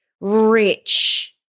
rich